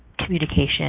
communication